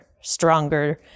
stronger